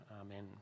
Amen